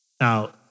Now